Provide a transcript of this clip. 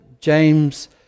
James